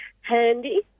handy